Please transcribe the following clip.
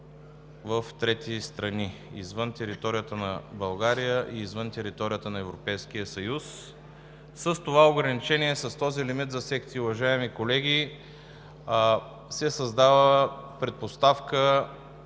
в трети страни, извън територията на България и извън територията на Европейския съюз. С това ограничение, с този лимит за секции, уважаеми колеги, се създава предпоставка